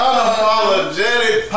Unapologetic